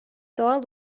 doğal